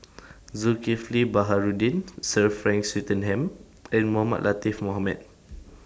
Zulkifli Baharudin Sir Frank Swettenham and Mohamed Latiff Mohamed